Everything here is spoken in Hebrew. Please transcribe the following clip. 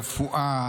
הרפואה,